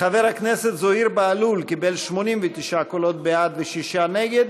חבר הכנסת זוהיר בהלול קיבל 89 בעד ושישה נגד.